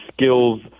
skills